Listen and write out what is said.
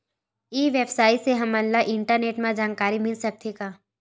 ई व्यवसाय से हमन ला इंटरनेट मा जानकारी मिल सकथे का?